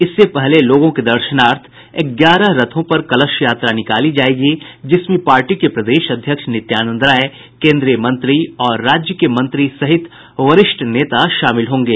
इससे पहले लोगों के दशर्नार्थ ग्यारह रथों पर कलश यात्रा निकाली जायेगी जिसमें पार्टी के प्रदेश अध्यक्ष नित्यानंद राय केन्द्रीय मंत्री और राज्य के मंत्री सहित वरिष्ठ नेता शामिल होंगे